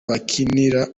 bakinira